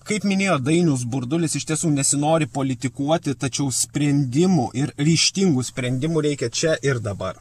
kaip minėjo dainius burdulis iš tiesų nesinori politikuoti tačiau sprendimų ir ryžtingų sprendimų reikia čia ir dabar